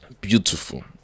beautiful